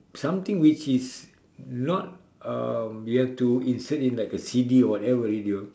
something which is not um you have to insert in a C_D or whatever radio